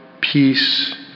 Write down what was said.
peace